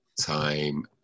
time